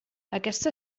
aquesta